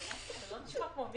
הייתי מבקש